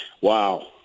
Wow